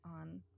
on